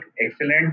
excellent